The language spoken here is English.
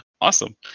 Awesome